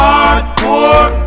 Hardcore